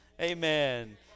amen